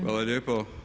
Hvala lijepo.